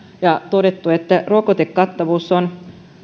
ja todenneet että rokotekattavuus on